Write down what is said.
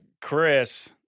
Chris